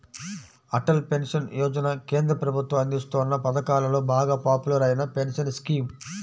Atal pension Yojana కేంద్ర ప్రభుత్వం అందిస్తోన్న పథకాలలో బాగా పాపులర్ అయిన పెన్షన్ స్కీమ్